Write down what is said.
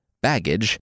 baggage